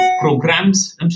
programs